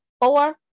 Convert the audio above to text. four